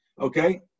Okay